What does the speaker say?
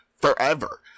forever